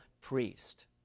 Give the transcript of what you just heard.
priest